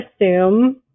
assume